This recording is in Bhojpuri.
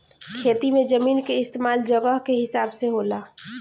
खेती मे जमीन के इस्तमाल जगह के हिसाब से होला